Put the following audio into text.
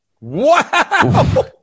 Wow